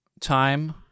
time